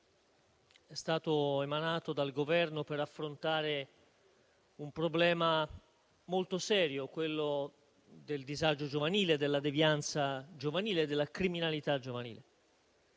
è stato emanato dal Governo per affrontare un problema molto serio, quello del disagio giovanile, della devianza giovanile, della criminalità giovanile.